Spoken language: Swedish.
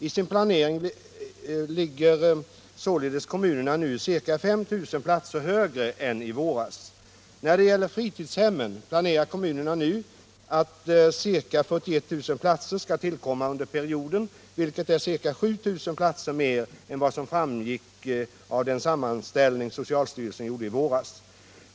I sin planering ligger således kommunerna nu ca 5 000 21 När det gäller fritidshemmen planerar kommunerna nu att ca 41 000 platser skall tillkomma under perioden, vilket är ca 7 000 platser mer än vad som framgick av den sammanställning socialstyrelsen gjorde i våras.